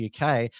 UK